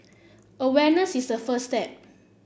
awareness is the first step